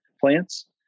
plants